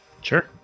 Sure